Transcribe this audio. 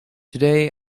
today